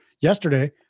yesterday